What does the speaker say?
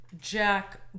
Jack